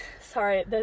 sorry